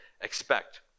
expect